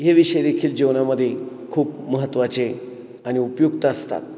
हे विषय देखील जीवनामध्ये खूप महत्त्वाचे आणि उपयुक्त असतात